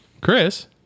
Chris